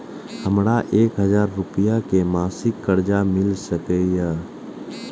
हमरा एक हजार रुपया के मासिक कर्जा मिल सकैये?